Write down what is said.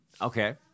Okay